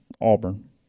Auburn